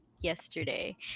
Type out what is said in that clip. yesterday